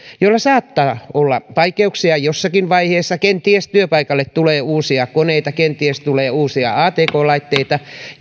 joilla saattaa olla vaikeuksia jossakin vaiheessa kenties työpaikalle tulee uusia koneita kenties tulee uusia atk laitteita